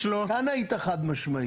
כאן היית חד משמעי.